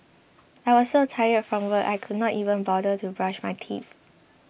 I was so tired from work I could not even bother to brush my teeth